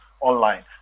online